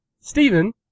Stephen